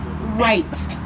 right